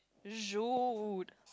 Jude